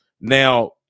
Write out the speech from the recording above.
now